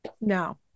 No